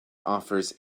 offers